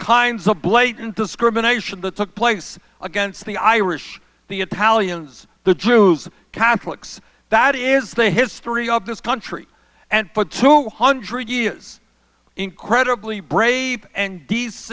kinds of blatant discrimination that took place against the irish the italians the jews conflicts that is the history of this country and for two hundred years incredibly brave and